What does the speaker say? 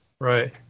Right